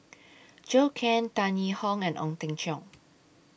Zhou Can Tan Yee Hong and Ong Teng Cheong